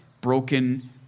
broken